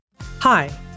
Hi